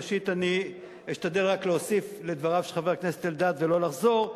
ראשית אני אשתדל רק להוסיף לדבריו של חבר הכנסת אלדד ולא לחזור.